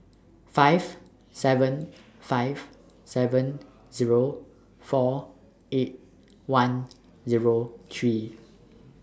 five seven five seven Zero four eight one Zero three